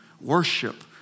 worship